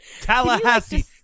Tallahassee